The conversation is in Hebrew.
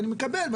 ואני מקבל,